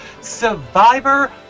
Survivor